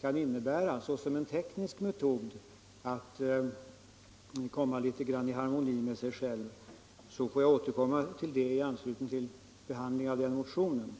kan innebära såsom en teknisk metod att komma i harmoni med sig själv, så får jag återkomma till saken i anslutning till behandlingen av motionen.